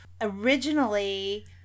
originally